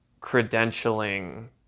credentialing